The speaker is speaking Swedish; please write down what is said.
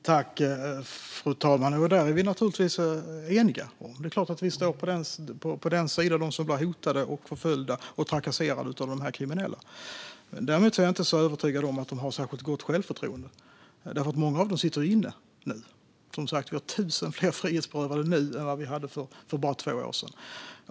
Fru talman! Detta är vi naturligtvis eniga om. Det är klart att vi står på deras sida, alltså de som har hotats, förföljts och trakasserats av de kriminella. Däremot är jag inte så övertygad om att de kriminella har särskilt gott självförtroende, därför att många av dem sitter inne nu. Vi har 1 000 fler frihetsberövade nu än vi hade för bara två år sedan.